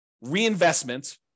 reinvestment